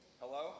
Hello